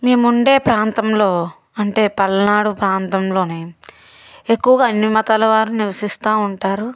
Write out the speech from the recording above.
మేముండే ప్రాంతంలో అంటే పల్నాడు ప్రాంతంలోనే ఎక్కువగా అన్ని మతాలవారు నివసిస్తూ ఉంటారు